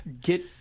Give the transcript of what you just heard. get